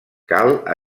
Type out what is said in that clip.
cal